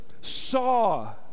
saw